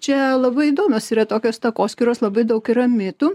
čia labai įdomios yra tokios takoskyros labai daug yra mitų